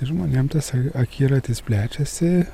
žmonėm tasai akiratis plečiasi